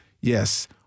Yes